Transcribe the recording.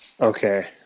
Okay